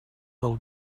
del